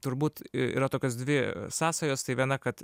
turbūt yra tokios dvi sąsajos tai viena kad